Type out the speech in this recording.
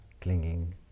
clinging